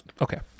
Okay